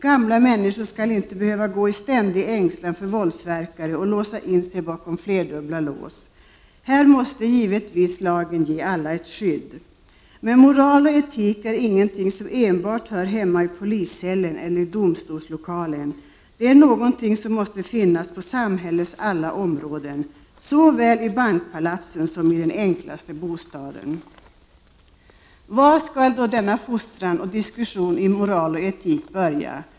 Gamla människor skall inte behöva gå i ständig ängslan för våldsverkare och låsa in sig bakom flerdubbla lås. Här måste givetvis lagen ge alla ett skydd. Men moral och etik är inte någonting som enbart hör hemma i poliscellen eller i domstolslokalerna, utan det är någonting som måste finnas inom samhällets alla områden, såväl i bankpalatsen som i den enklaste bostad. Var skall då denna fostran och diskussion om moral och etik börja?